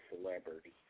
celebrity